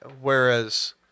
Whereas